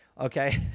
Okay